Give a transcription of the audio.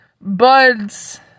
buds